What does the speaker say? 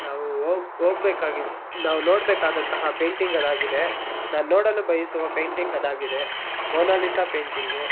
ನಾವು ಹೋಗ್ ಹೋಗ್ಬೇಕಾಗಿದ್ದ ನಾವು ನೋಡ್ಬೇಕಾದಂತಹ ಪೈಂಟಿಂಗ್ ಅದಾಗಿದೆ ನಾ ನೋಡಲು ಬಯಸುವ ಪೈಂಟಿಂಗ್ ಅದಾಗಿದೆ ಮೊನಾಲಿಸ ಪೈಂಟಿಂಗು